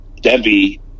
Debbie